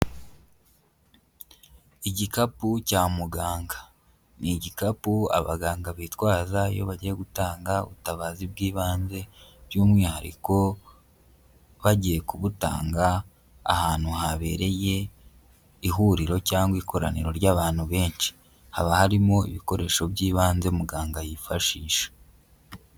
Igikapu cya muganga, ni igikapu abaganga bitwaza iyo bagiye gutanga ubutabazi bw'ibanze by'umwihariko bagiye kubutanga ahantu habereye ihuriro cyangwa ikoraniro ry'abantu benshi, haba harimo ibikoresho by'ibanze muganga yifashisha.